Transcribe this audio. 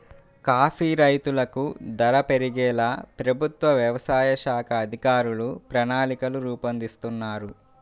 coffee రైతులకు ధర పెరిగేలా ప్రభుత్వ వ్యవసాయ శాఖ అధికారులు ప్రణాళికలు రూపొందిస్తున్నారు